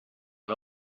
and